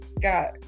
got